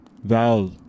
Val